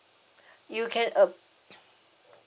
you can uh